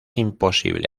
imposible